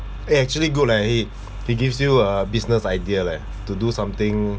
eh actually good leh it it gives you a business idea leh to do something